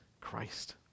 Christ